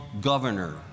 governor